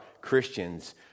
Christians